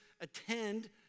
attend